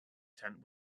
tent